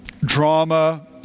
drama